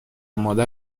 مادر